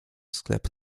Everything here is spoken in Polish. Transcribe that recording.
sklep